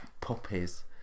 puppies